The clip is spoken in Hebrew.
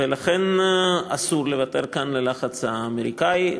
ולכן אסור לוותר כאן ללחץ האמריקני.